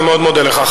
אני מאוד מודה לך.